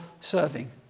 serving